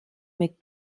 mais